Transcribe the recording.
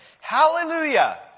Hallelujah